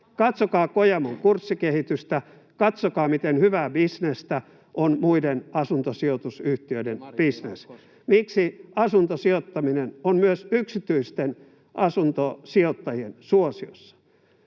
Katsokaa Kojamon kurssikehitystä, katsokaa, miten hyvää bisnestä on muiden asuntosijoitusyhtiöiden bisnes. Miksi asuntosijoittaminen on myös yksityisten asuntosijoittajien suosiossa?